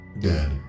dead